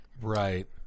right